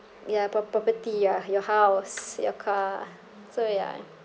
ya prop~ property ya your house your car so ya